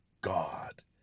God